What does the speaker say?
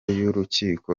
y’urukiko